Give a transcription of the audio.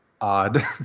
odd